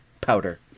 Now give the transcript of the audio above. powder